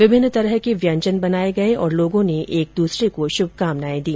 विभिन्न तरह के व्यंजन बनाये गये और लोगों ने एक दूसरे को शुभकामनाएं दी